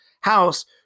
house